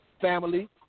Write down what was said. family